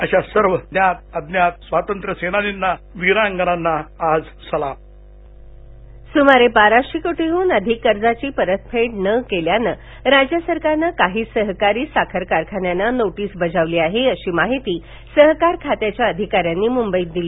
अशा सर्व ज्ञात अज्ञात स्वातंत्र्यसेनानी वीरांगनाना आज सलाम साखर कारखाने सुमारे बाराशे कोटींहून अधिक कर्जाची परतफेड न केल्यानं राज्य सरकारनं काही सहकारी साखर कारखान्यांना नोटीस बजावली आहे अशी माहिती सहकार खात्याच्या अधिकाऱ्यांनी मुंबईत दिली